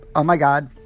oh, my god,